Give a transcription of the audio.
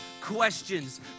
questions